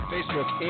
Facebook